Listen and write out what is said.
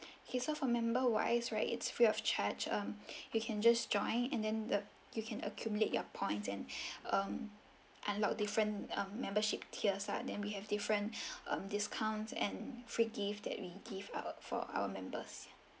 okay os for member wise right it's free of charge um you can just join and then the you can accumulate your points and um unlock different um membership tiers lah then we have different um discounts and free gift that we give out for our members